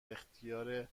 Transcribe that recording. اختیار